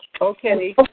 Okay